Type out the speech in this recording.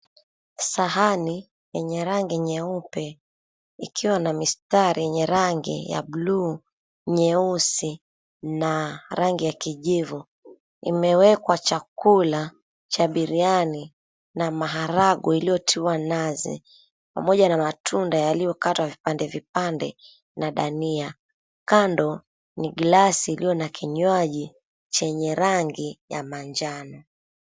Sahani yenye rangi nyeupe, ikiwa na mistari yenye rangi ya buluu, nyeusi na rangi ya kijivu imewekwa chakula cha biriani na maharagwe iliyotiwa nazi pamoja na matunda yaliyokatwa vipande vipande na dania. Kando ni glasi iliyo na kinywaji chenye rangi ya manjano.